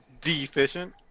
deficient